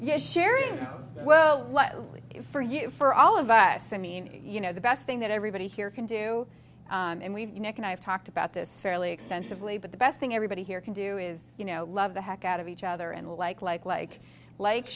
it for you for all of us i mean you know the best thing that everybody here can do and we've unique and i've talked about this fairly extensively but the best thing everybody here can do is you know love the heck out of each other and like like like like